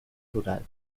rural